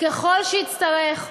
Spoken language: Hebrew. ככל שיצטרך,